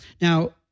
now